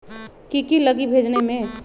की की लगी भेजने में?